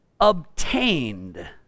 obtained